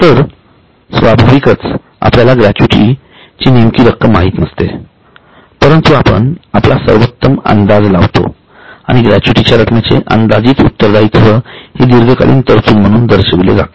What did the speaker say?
तर स्वाभाविकच आपल्याला ग्रॅच्युइटीची नेमकी रक्कम माहित नसते परंतु आपण आपला सर्वोत्तम अंदाज लावतो आणि ग्रॅच्युइटीच्या रक्कमेचे अंदाजित उत्तरदायित्व हे दीर्घकालीन तरतूद म्हणून दर्शविले जाते